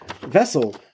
vessel